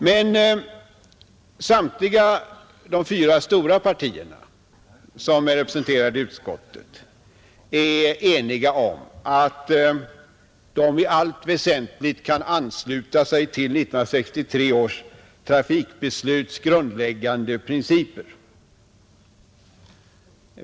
Men samtliga de fyra stora partierna som är representerade i utskottet är eniga om att de i allt väsentligt kan ansluta sig till 1963 års trafikbesluts grundläggande principer.